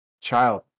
child